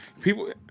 people